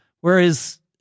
Whereas